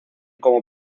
como